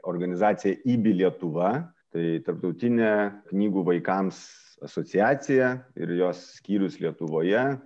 organizacija ibi lietuva tai tarptautinė knygų vaikams asociacija ir jos skyrius lietuvoje